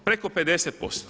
Preko 50%